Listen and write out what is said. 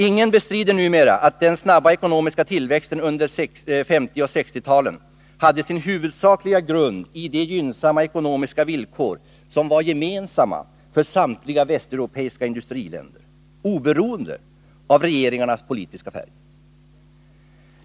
Ingen bestrider numera att den snabba ekonomiska tillväxten under 1950 och 1960-talen hade sin huvudsakliga grund i de gynnsamma ekonomiska villkor som var gemensamma för samtliga västeuropeiska industriländer, oberoende av regeringarnas politiska färg.